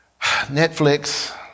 Netflix